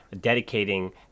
dedicating